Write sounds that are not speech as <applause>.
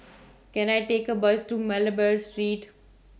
<noise> Can I Take A Bus to Malabar Street